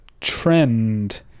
trend